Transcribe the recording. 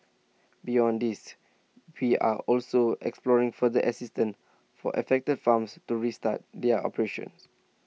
beyond these we are also exploring further assistance for affected farms to restart their operations